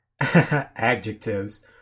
adjectives